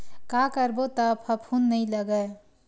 का करबो त फफूंद नहीं लगय?